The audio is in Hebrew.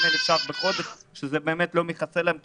כך ש-30,000 שקלים בחודש כנראה לא מכסה להם את